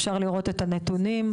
אפשר לראות את הנתונים.